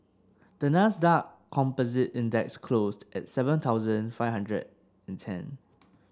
the Nasdaq Composite Index closed at seven thousand five hundred and ten